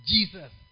Jesus